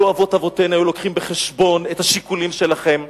לו הביאו אבות אבותינו בחשבון את השיקולים שלכם,